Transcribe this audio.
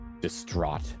distraught